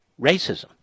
racism